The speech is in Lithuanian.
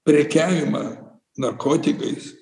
prekiavimą narkotikais